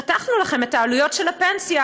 חתכנו לכם את העלויות של הפנסיה,